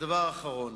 והדבר האחרון,